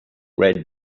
read